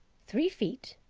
three feet,